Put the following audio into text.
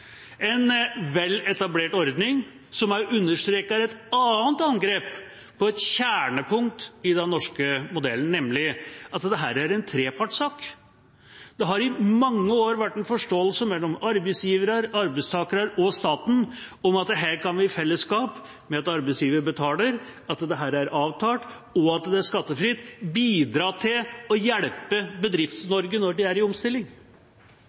en vel etablert ordning som er understreket i et annet angrep på et kjernepunkt i den norske modellen, nemlig at dette er en trepartssak. Det har i mange år vært en forståelse mellom arbeidsgivere, arbeidstakere og staten om at med dette kan vi, i fellesskap – ved at arbeidsgiver betaler, at dette er avtalt, og at det er skattefritt – bidra til å hjelpe Bedrifts-Norge når de er i omstilling.